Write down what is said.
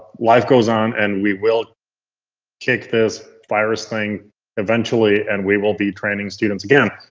life goes on, and we will kick this virus thing eventually, and we will be training students again.